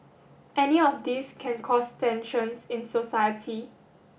any of these can cause tensions in society